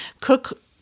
cook